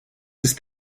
ist